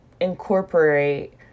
incorporate